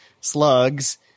slugs